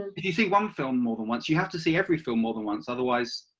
if you see one film more than once you have to see every film more than once otherwise